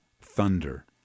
thunder